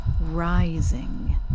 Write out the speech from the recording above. rising